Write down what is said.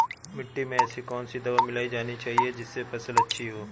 मिट्टी में ऐसी कौन सी दवा मिलाई जानी चाहिए जिससे फसल अच्छी हो?